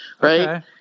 right